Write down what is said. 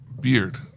beard